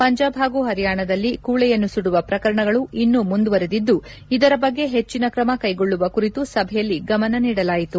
ಪಂಜಾಬ್ ಹಾಗೂ ಹರಿಯಾಣದಲ್ಲಿ ಕೂಳೆಯನ್ನು ಸುಡುವ ಪ್ರಕರಣಗಳ ಇನ್ನೂ ಮುಂದುವರೆದಿದ್ದು ಇದರ ಬಗ್ಗೆ ಹೆಚ್ಚನ ತ್ರಮ ಕೈಗೊಳ್ಳುವ ಕುರಿತು ಸಭೆಯಲ್ಲಿ ಗಮನ ನೀಡಲಾಯಿತು